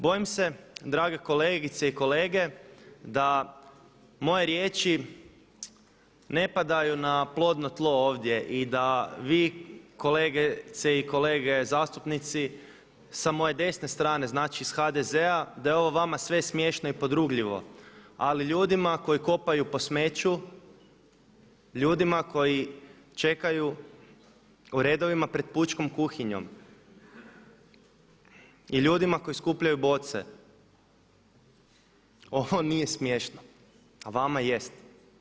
Bojim se drage kolegice i kolege da moje riječi ne padaju na plodno tlo ovdje i da vi kolegice i kolege zastupnici sa moje desne strane, znači iz HDZ-a da je ovo vama sve smiješno i podrugljivo ali ljudima koji kopaju po smeću, ljudima koji čekaju u redovima pred pučkom kuhinjom i ljudima koji skupljaju boce ovo nije smiješno a vama jeste.